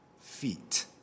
feet